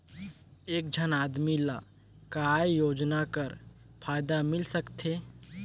एक झन आदमी ला काय योजना कर फायदा मिल सकथे?